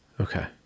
Okay